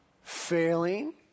Failing